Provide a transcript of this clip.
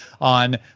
on